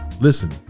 Listen